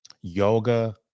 yoga